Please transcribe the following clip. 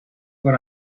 what